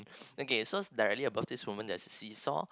okay so directly above this women there's a seesaw